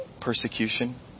persecution